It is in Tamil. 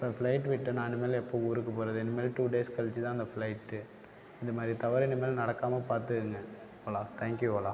இப்போ ஃப்ளைட் விட்ட நான் இனிமேல் எப்போ ஊருக்கு போகிறது இனிமேல் டூ டேஸ் கழித்து தான் அங்க ஃப்ளைட்டு இந்த மாதிரி தவறை இனிமேல் நடக்காமல் பார்த்துக்குங்க ஓலா தேங்க் யூ ஓலா